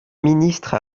ministre